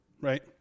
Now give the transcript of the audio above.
right